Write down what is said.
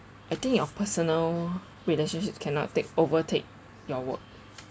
I think your personal relationships cannot take overtake your work